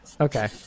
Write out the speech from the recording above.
okay